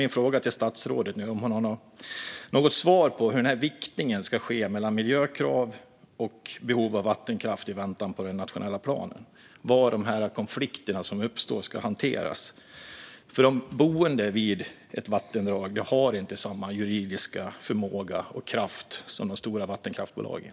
Min fråga till statsrådet är om hon har något svar på hur viktningen mellan miljökrav och behov av vattenkraft ska ske i väntan på den nationella planen och var de konflikter som uppstår ska hanteras. De boende vid ett vattendrag har ju inte samma juridiska förmåga och kraft som de stora vattenkraftsbolagen.